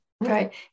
Right